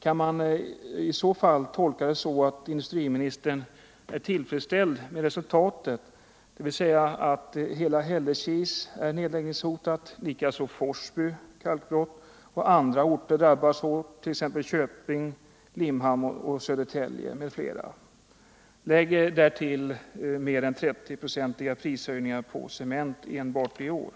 Kan man i så fall tolka det så att industriministern är tillfredsställd med resultatet — dvs. att hela Hällekis är nedläggningshotat? Detsamma gäller Forsby kalkbruk, och andra orter drabbas hårt, exempelvis Köping, Limhamn och Södertälje. Jag kan lägga till att prishöjningarna på cement enbart i år